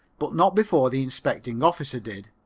but not before the inspecting officer did.